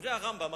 דברי הרמב"ם.